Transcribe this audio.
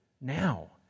now